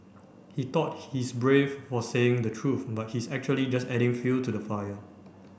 he thought he's brave for saying the truth but he's actually just adding fuel to the fire